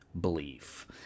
belief